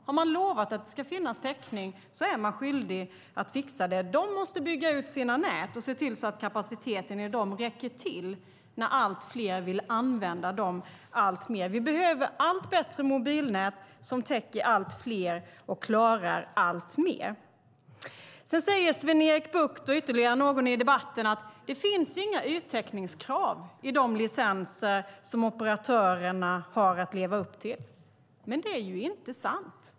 Har man lovat att det ska finnas täckning är man skyldig att fixa det. De måste bygga ut sina nät och se till att kapaciteten i dem räcker till när allt fler vill använda dem alltmer. Vi behöver allt bättre mobilnät som täcker allt fler och klarar alltmer. Sedan säger Sven-Erik Bucht och ytterligare någon i debatten att det inte finns några yttäckningskrav i de licenser som operatörerna har att leva upp till. Men det är inte sant.